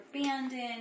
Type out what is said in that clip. abandoned